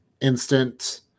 instant